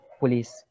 police